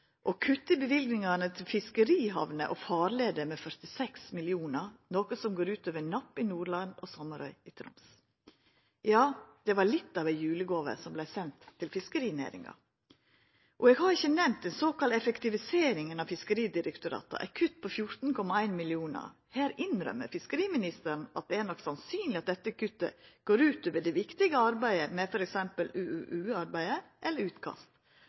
kutta i løyvingane til fiskerihamner og farleier med 46 mill. kr, noko som går ut over Napp i Nordland og Sommarøy i Troms. Ja, det var litt av ei julegåve som vart send til fiskerinæringa. Og eg har ikkje nemnt den såkalla effektiviseringa av Fiskeridirektoratet, eit kutt på 14,1 mill. kr. Her innrømmer fiskeriministeren at det nok er sannsynleg at dette kuttet går ut over det viktige arbeidet med f.eks. UUU-arbeidet eller utkast.